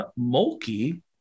Mulkey